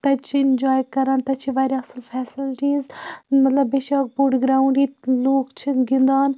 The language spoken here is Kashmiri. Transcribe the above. تَتہِ چھِ ایٚنجوٛاے کَران تَتہِ چھِ واریاہ اصٕل فیسلٹیٖز مطلب بیٚیہِ چھُ اَکھ بوٚڑ گرٛاونٛڈ ییٚتہِ لوٗکھ چھِ گِنٛدان